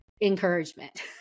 encouragement